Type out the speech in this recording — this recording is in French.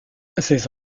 ces